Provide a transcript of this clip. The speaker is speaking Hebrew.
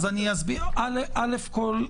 קודם כל,